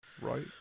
right